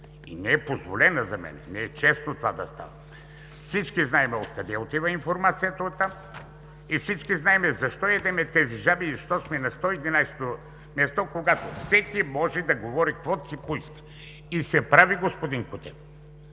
и не е позволена за мен, не е честно това да става. Всички знаем къде отива информацията оттам и всички знаем защо ядем тези жаби и защо сме на 111-о място, когато всеки може да говори каквото си поиска. И се прави, господин Кутев!